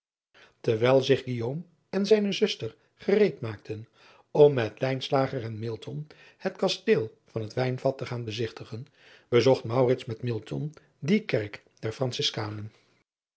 erwijl zich en zijne zuster gereed maakten om met en het asteel en het ijnvat te gaan bezigtigen be driaan oosjes zn et leven van aurits ijnslager zocht met die kerk der